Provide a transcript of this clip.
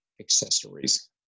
accessories